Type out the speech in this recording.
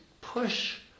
push